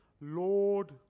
Lord